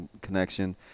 connection